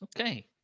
Okay